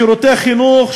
שירותי חינוך,